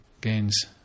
gains